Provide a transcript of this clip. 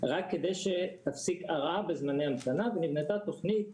רק כדי שתפסיק הרעה בזמני ההמתנה ונבנתה תכנית